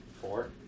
Four